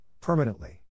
permanently